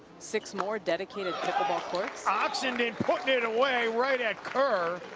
six more dedicated pickleball courts. oxenden putting it away right at kerr.